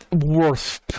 worth